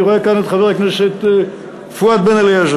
אני רואה כאן את חבר הכנסת פואד בן-אליעזר,